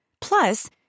Plus